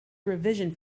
revision